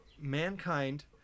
Mankind